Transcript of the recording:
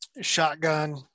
shotgun